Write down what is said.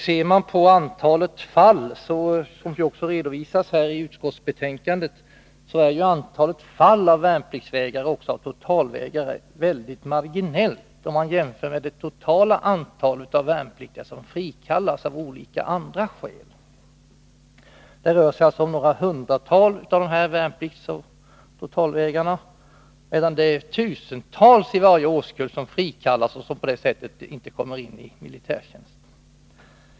Ser man på omfattningen — som ju också redovisats i utskottsbetänkandet —, finner man ju att antalet fall av vapenvägrare och totalvägrare är mycket marginellt, jämfört med det totala antal värnpliktiga som av olika andra skäl blir frikallade. Det rör sig om något hundratal av alla värnpliktsoch totalvägrare, medan i varje årskull tusentals frikallas och därför inte gör militärtjänst.